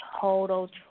total